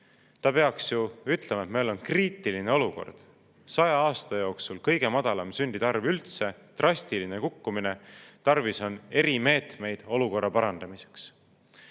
Ta peaks ju ütlema, et meil on kriitiline olukord, 100 aasta jooksul kõige madalam sündide arv üldse, drastiline kukkumine, tarvis on erimeetmeid olukorra parandamiseks.